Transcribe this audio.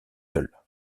seule